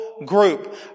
Group